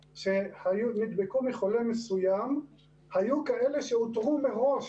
שנדבקו מחולה מסוים היו כאלה שאותרו מראש